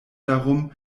darum